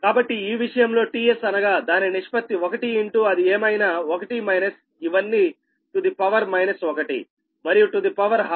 కాబట్టి ఈ విషయంలో tS అనగా దాని నిష్పత్తి 1 ఇన్ టూ అది ఏమైనా 1 మైనస్ ఇవన్నీ టు ద పవర్ మైనస్ 1 మరియు టు ద పవర్ హాఫ్